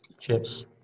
Chips